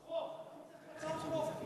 הצעות חוק.